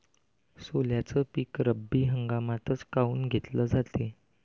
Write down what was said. सोल्याचं पीक रब्बी हंगामातच काऊन घेतलं जाते?